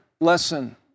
lesson